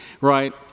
right